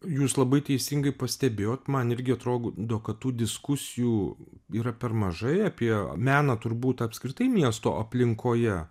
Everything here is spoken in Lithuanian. jūs labai teisingai pastebėjot man irgi atrodo kad tų diskusijų yra per mažai apie meną turbūt apskritai miesto aplinkoje